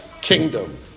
kingdom